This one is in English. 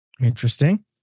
Interesting